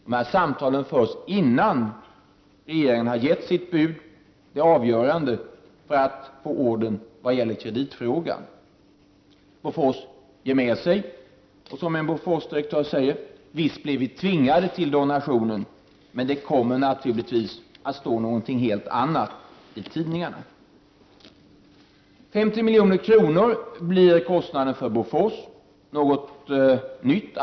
Dessa samtal förs innan regeringen har gett sitt bud, det avgörande för att få ordern, när det gäller kreditfrågan. Bofors ger med sig. En Boforsdirektör har sagt: Visst blev vi tvingade till donationen, men det kommer naturligtvis att stå något helt annat i tidningarna. 50 milj.kr. blir kostnaden i detta sammanhang för Bofors.